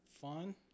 fun